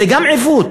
זה גם עיוות,